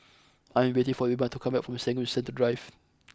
I am waiting for Wilma to come back from Serangoon Central Drive